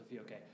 okay